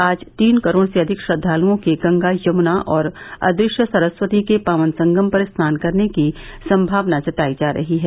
आज तीन करोड़ से अधिक श्रद्वालुओं के गंगा यमुना और अदृश्य सरस्वती के पावन संगम पर स्नान करने की सम्मावना जताई जा रही है